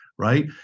Right